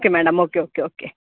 okay madam okay okay okay